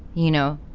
you know,